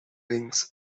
rings